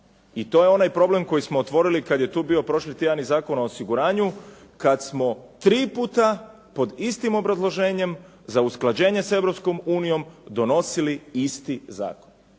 i to je onaj problem koji smo otvorili kad je tu bio prošli tjedan i Zakon o osiguranju kad smo tri puta pod istim obrazloženjem za usklađenje s Europskom unijom donosili isti zakon.